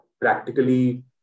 practically